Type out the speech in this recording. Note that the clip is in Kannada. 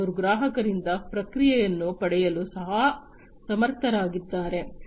ಮತ್ತು ಅವರು ಗ್ರಾಹಕರಿಂದ ಪ್ರತಿಕ್ರಿಯೆಯನ್ನು ಪಡೆಯಲು ಸಹ ಸಮರ್ಥರಾಗಿದ್ದಾರೆ